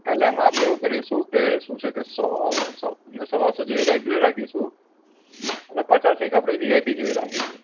એટલે એમાં આપણે એવું કરીશું કે શું છે કહેશોને સવા સો જેટલી રેગ્યુલર રાખીશું અને પચાસ એક આપણે વીઆઈપી જેવી રાખીશું